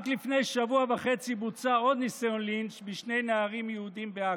רק לפני שבוע וחצי בוצע עוד ניסיון לינץ' בשני נערים יהודים בעכו.